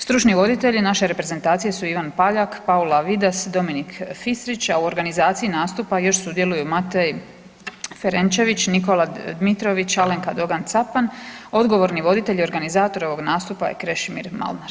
Stručni voditelji naše reprezentacije su Ivan Paljak, Paula Vidas, Dominik Fistrić, a u organizaciji nastupa još sudjeluju Matej Ferenčević, Nikola Dmitrović, Alenka Dogan Capan, odgovorni voditelj i organizator ovog nastupa je Krešimir Malnar.